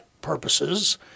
purposes